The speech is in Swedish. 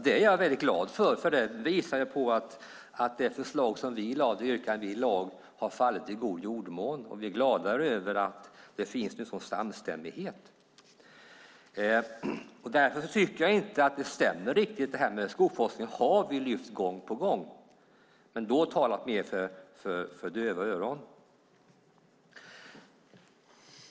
Jag är väldigt glad över denna entusiasm, för det visar på att det yrkande som vi lade fram har fallit i god jordmån, och vi är glada över att det finns en samstämmighet. Jag tycker därför inte att det här stämmer riktigt. Vi har lyft upp skolforskningen gång på gång, men då har vi talat mer för döva öron.